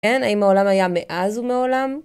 האם העולם היה מאז ומעולם?